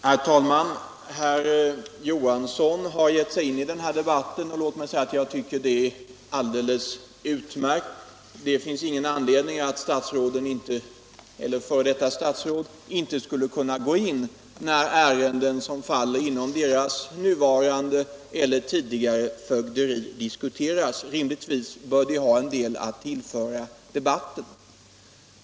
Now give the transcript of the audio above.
Herr talman! Herr Johansson i Ljungby har givit sig in i denna debatt, vilket jag tycker är alldeles utmärkt. Det finns ingenting som säger att statsråd eller f. d. statsråd inte skulle gå in, när ärenden som faller inom deras nuvarande eller tidigare fögderi diskuteras. Rimligtvis bör de ha en del att tillföra debatten.